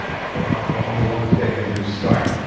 but they're not the only ones getting a new start.